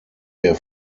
der